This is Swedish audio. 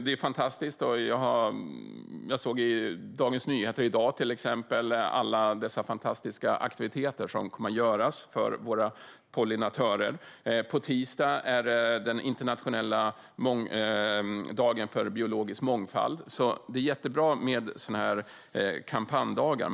Det är fantastiskt! Jag läste i Dagens Nyheter i dag om alla fantastiska aktiviteter som kommer att anordnas för våra pollinatörer. På tisdag är det den internationella dagen för biologisk mångfald. Det är jättebra med sådana här kampanjdagar.